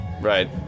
Right